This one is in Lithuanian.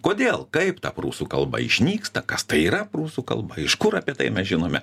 kodėl kaip ta prūsų kalba išnyksta kas tai yra prūsų kalba iš kur apie tai mes žinome